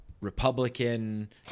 Republican